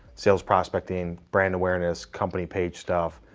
sales prospecting, brand awareness, company page stuff.